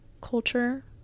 culture